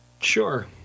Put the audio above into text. Sure